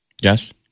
Yes